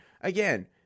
again